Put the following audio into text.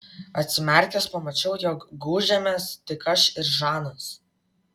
atsimerkęs pamačiau jog gūžėmės tik aš ir žanas